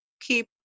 keep